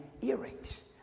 earrings